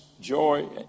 joy